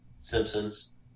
Simpsons